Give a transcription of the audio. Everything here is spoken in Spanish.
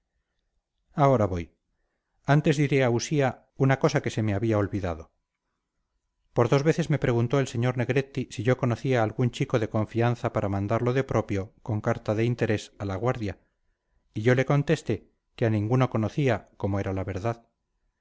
ahora voy antes diré a usía una cosa que se me había olvidado por dos veces me preguntó el sr negretti si yo conocía algún chico de confianza para mandarlo de propio con carta de interés a la guardia y yo le contesté que a ninguno conocía como era la verdad